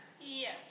yes